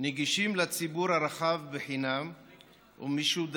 נגישים לציבור הרחב בחינם ומשודרים